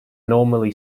normally